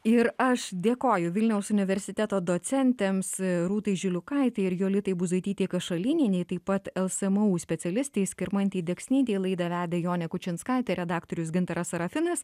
ir aš dėkoju vilniaus universiteto docentėms rūtai žiliukaitei ir jolitai buzaitytei kašalynienei taip pat lsmu specialistei skirmantei deksnytei laidą vedė jonė kučinskaitė redaktorius gintaras serafinas